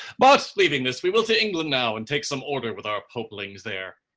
but leaving this, we will to england now, and take some order with our popelings there,